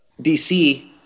DC